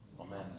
Amen